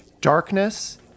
darkness